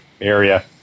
area